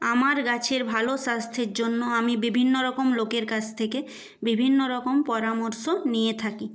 আমার গাছের ভালো স্বাস্থ্যের জন্য আমি বিভিন্ন রকম লোকের কাছ থেকে বিভিন্ন রকম পরামর্শ নিয়ে থাকি